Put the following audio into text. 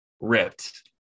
ripped